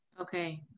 Okay